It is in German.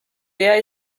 der